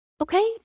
Okay